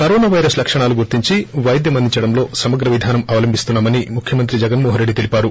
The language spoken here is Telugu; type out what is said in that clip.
కరోనా వైరస్ లక్షణాలు గుర్తించి పైద్యం అందించడంలో సమగ్ర విధానం అవలంభిస్తున్నామని ముఖ్యమంత్రి జగన్ మోహన్రెడ్డి తెలిపారు